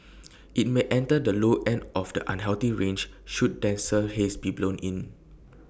IT may enter the low end of the unhealthy range should denser haze be blown in